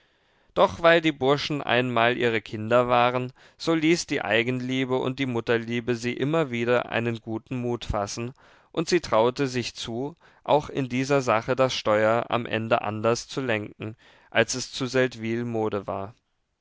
doch weil die burschen einmal ihre kinder waren so ließ die eigenliebe und die mutterliebe sie immer wieder einen guten mut fassen und sie traute sich zu auch in dieser sache das steuer am ende anders zu lenken als es zu seldwyl mode war